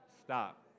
Stop